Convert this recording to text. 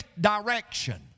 direction